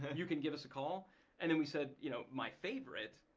and you can give us a call and then we said, you know my favorite,